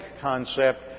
Concept